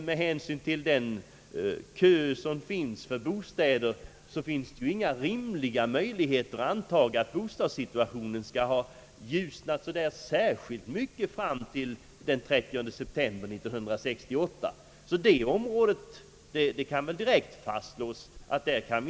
Med hänsyn till bostadskön finns det emellertid inga rimliga möjligheter att anta att bostadssituationen skall ha ljusnat så särskilt mycket fram till den 30 september 1968.